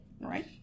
Right